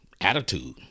attitude